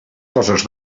coses